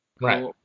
Right